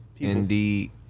Indeed